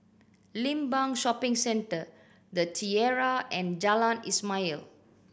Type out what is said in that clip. Limbang Shopping Centre The Tiara and Jalan Ismail